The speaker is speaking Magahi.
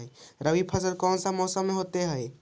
रवि फसल कौन सा मौसम में होते हैं?